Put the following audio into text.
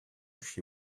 she